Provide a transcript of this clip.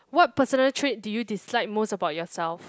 what personal trait do you dislike most about yourself